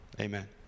Amen